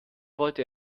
wollte